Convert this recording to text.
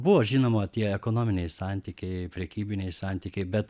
buvo žinoma tie ekonominiai santykiai prekybiniai santykiai bet